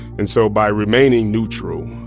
and so by remaining neutral,